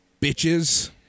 bitches